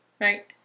right